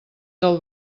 del